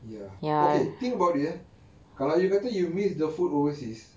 ya okay think about it eh kalau you kata you miss the food overseas